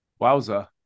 Wowza